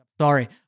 sorry